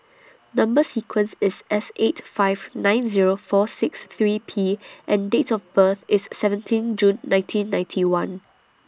Number sequence IS S eight five nine Zero four six three P and Date of birth IS seventeen June nineteen ninety one